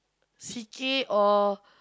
C_K or